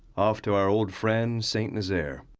off to our old friend st. nazaire.